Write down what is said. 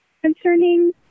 concerning